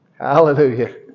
Hallelujah